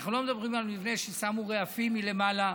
אנחנו לא מדברים על מבנה ששמו רעפים מלמעלה,